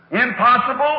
Impossible